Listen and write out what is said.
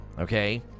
okay